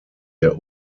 der